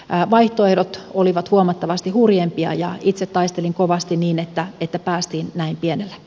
vaihtoehdot olivat huomattavasti hurjempia ja itse taistelin kovasti niin että päästiin näin pienellä